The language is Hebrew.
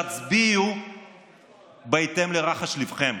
תצביעו בהתאם לרחש ליבכם.